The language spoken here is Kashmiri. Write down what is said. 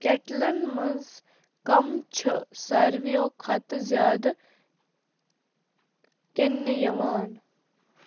کٮ۪ٹلَن منٛز کَم چھِ ساروِیو کھۄتہٕ زیادٕ کٕنٛنہِ یِوان